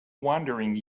wandering